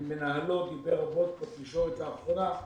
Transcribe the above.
שמנהלו דיבר רבות בתקשורת לאחרונה,